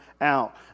out